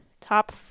Top